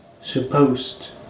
supposed